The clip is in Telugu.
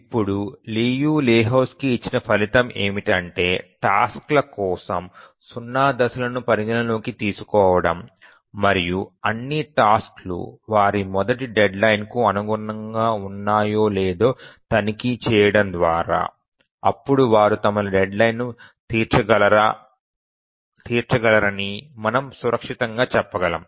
ఇప్పుడు లియు లెహోజ్కీ ఇచ్చిన ఫలితం ఏమిటంటే టాస్క్ ల కోసం 0 దశలను పరిగణనలోకి తీసుకోవడం మరియు అన్ని టాస్క్ లు వారి మొదటి డెడ్లైన్ కు అనుగుణంగా ఉన్నాయో లేదో తనిఖీ చేయడం ద్వారా అప్పుడు వారు తమ డెడ్లైన్ లను తీర్చగలరని మనము సురక్షితంగా చెప్పగలం